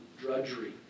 drudgery